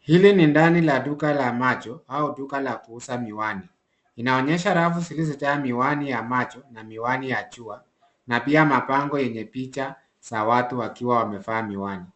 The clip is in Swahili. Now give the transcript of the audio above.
Hili ni ndani la duka la macho au duka la kuuza miwani. Linaonyesha rafu zilizojaa miwani ya macho na miwani ya jua, na pia mabango yenye picha za watu wakiwa wamevaa miwani.